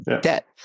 debt